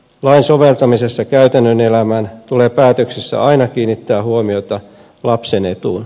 lain soveltamisessa käytännön elämään tulee päätöksissä aina kiinnittää huomiota lapsen etuun